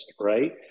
right